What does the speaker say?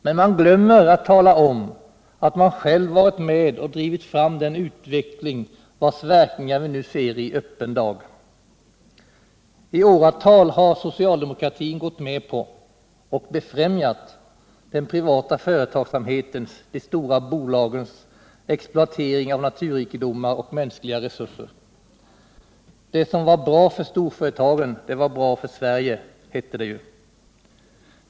Men man glömmer att tala om att man själv varit med om att driva fram den utveckling vars verkningar vi nu ser i öppen dag. I åratal har socialdemokratin gått med på och befrämjat den privata företagsamhetens, de stora bolagens exploatering av naturrikedomar och mänskliga resurser. Det som var bra för storföretagen var bra för Sverige, hette det ju.